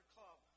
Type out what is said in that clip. Club